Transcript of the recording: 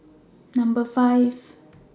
Number five